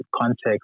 context